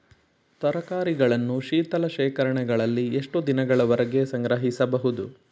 ತರಕಾರಿಗಳನ್ನು ಶೀತಲ ಶೇಖರಣೆಗಳಲ್ಲಿ ಎಷ್ಟು ದಿನಗಳವರೆಗೆ ಸಂಗ್ರಹಿಸಬಹುದು?